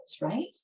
right